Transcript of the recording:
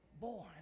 born